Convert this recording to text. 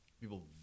people